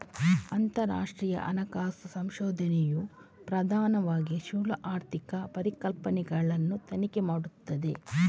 ಅಂತರರಾಷ್ಟ್ರೀಯ ಹಣಕಾಸು ಸಂಶೋಧನೆಯು ಪ್ರಧಾನವಾಗಿ ಸ್ಥೂಲ ಆರ್ಥಿಕ ಪರಿಕಲ್ಪನೆಗಳನ್ನು ತನಿಖೆ ಮಾಡುತ್ತದೆ